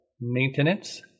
Maintenance